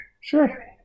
Sure